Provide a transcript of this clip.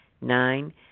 Nine